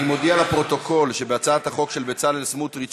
אני מודיע לפרוטוקול שבהצעת החוק של בצלאל סמוטריץ,